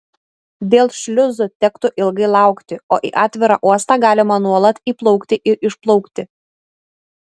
dėl šliuzų tektų ilgai laukti o į atvirą uostą galima nuolat įplaukti ir išplaukti